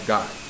God